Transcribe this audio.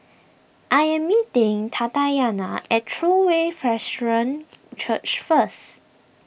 I am meeting Tatyana at True Way Presbyterian Church first